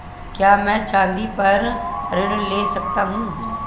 क्या मैं चाँदी पर ऋण ले सकता हूँ?